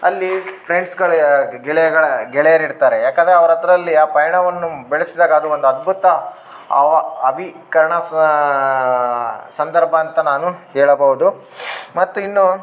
ಅಲ್ಲಿ ಫ್ರೆಂಡ್ಸ್ಗಳು ಯ ಗೆಳೆಯರುಗಳ ಗೆಳೆಯರಿರ್ತಾರೆ ಯಾಕಂದರೆ ಅವ್ರು ಅದರಲ್ಲಿ ಆ ಪಯಣವನ್ನು ಬೆಳೆಸಿದಾಗ ಅದು ಒಂದು ಅದ್ಬುತ ಅವ ಅಭಿ ಕರ್ಣ ಸಾ ಸಂದರ್ಭ ಅಂತ ನಾನು ಹೇಳಬೌದು ಮತ್ತು ಇನ್ನು